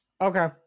Okay